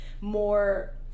more